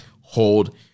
Hold